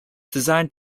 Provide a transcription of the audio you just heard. designed